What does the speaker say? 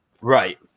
Right